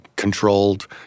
controlled